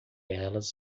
elas